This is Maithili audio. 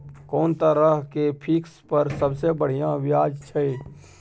कोन तरह के फिक्स पर सबसे बढ़िया ब्याज छै?